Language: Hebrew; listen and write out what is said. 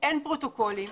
אין פרוטוקולים,